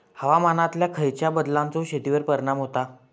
हवामानातल्या खयच्या बदलांचो शेतीवर परिणाम होता?